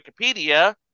Wikipedia